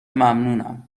ممنونم